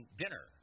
dinner